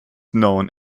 known